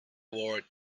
ward